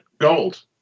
gold